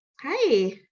Hi